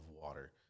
water